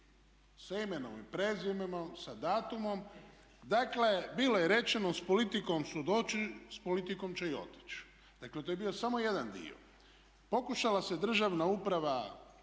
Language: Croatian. sa imenom i prezimenom, sa datumom. Dakle, bilo je rečeno s politikom su došli s politikom će i otići. Dakle, to je bio samo jedan dio. Pokušala se državna uprava